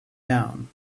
down